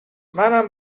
منم